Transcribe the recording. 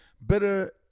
better